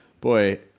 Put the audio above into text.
boy